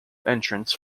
entrance